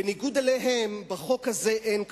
בניגוד להם, בחוק הזה אין כפייה.